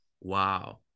wow